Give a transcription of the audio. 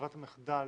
ברירת המחדל